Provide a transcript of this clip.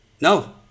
No